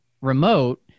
remote